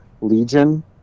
legion